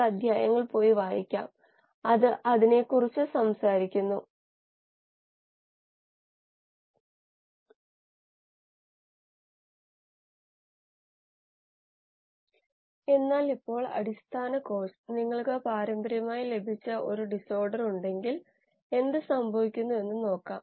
ഈ ആശയം ഉപയോഗിച്ച് നമുക്ക് എന്തുചെയ്യാമെന്ന് നോക്കാം